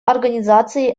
организации